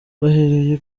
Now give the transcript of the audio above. bahereye